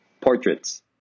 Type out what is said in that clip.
portraits